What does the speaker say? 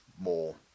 more